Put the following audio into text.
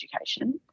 education